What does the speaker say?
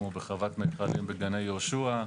כמו בחוות מיכלים בגני יהושע,